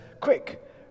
Quick